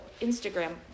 Instagram